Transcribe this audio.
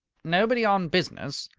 nobody on business.